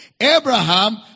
Abraham